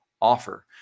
offer